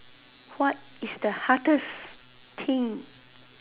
what is the hardest thing